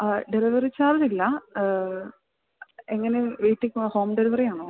ആ ഡെലിവറി ചാർജില്ല എങ്ങനെ വീട്ടിൽ ഹോം ഡെലിവറിയാണോ